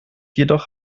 jedoch